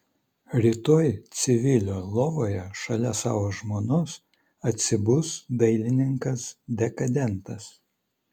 rytoj civilio lovoje šalia savo žmonos atsibus dailininkas dekadentas